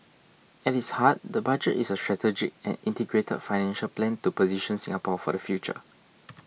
at its heart the budget is a strategic and integrated financial plan to position Singapore for the future